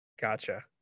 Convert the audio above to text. Gotcha